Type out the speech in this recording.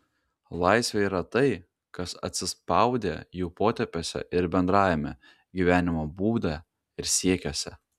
laisvė yra tai kas atsispaudę jų potėpiuose ir bendravime gyvenimo būde ir siekiuose